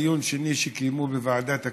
דיון שני שקיימו בוועדת הכלכלה,